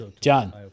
John